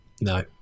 no